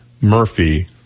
Murphy